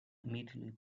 immediately